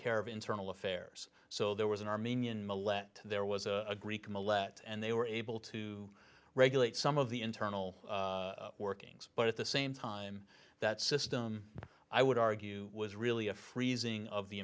care of internal affairs so there was an armenian mallette there was a greek milat and they were able to regulate some of the internal workings but at the same time that system i would argue was really a freezing of the